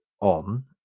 on